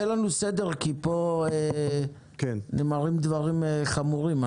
לנו סדר כי פה נאמרים דברים חמורים.